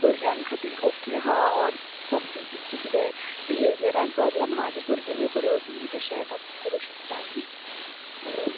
भुरग्यां खातीर ओके आहा ऑर समथींग तेंचे कितें बिहेवियरान प्रोब्लम आहा जी भुरगीं मेळ फुडें वचून तशें सॅटअप करूं शकता न्ही हॅलो